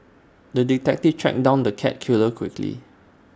the detective tracked down the cat killer quickly